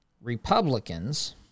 Republicans